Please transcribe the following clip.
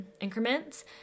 increments